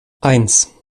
eins